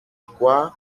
pourquoi